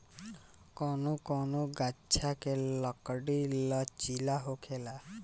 कौनो कौनो गाच्छ के लकड़ी लचीला होखेला